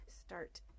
start